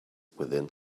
within